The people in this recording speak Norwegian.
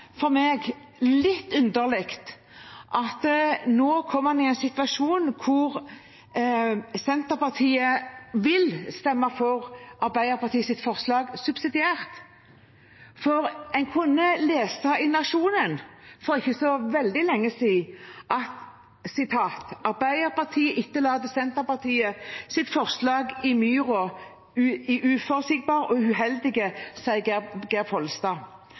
litt underlig at en nå kommer i en situasjon hvor Senterpartiet vil stemme for Arbeiderpartiets forslag subsidiært, for en kunne lese i Nationen for ikke lenge siden: «Ap etterlater Sps myrforslag i myra.» Og videre: «– Uforutsigbart og uheldig, sier Geir Pollestad